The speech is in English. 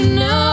no